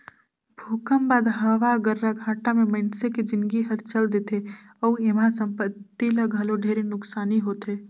भूकंप बाद हवा गर्राघाटा मे मइनसे के जिनगी हर चल देथे अउ एम्हा संपति ल घलो ढेरे नुकसानी होथे